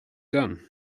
done